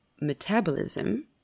metabolism